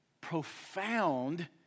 profound